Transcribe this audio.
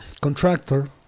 contractor